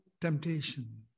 temptation